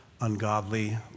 ungodly